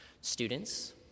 Students